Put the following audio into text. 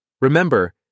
Remember